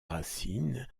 racine